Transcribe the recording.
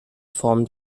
form